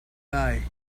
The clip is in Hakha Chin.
lai